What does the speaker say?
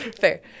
fair